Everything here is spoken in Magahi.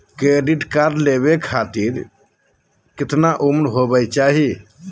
क्रेडिट कार्ड लेवे खातीर कतना उम्र होवे चाही?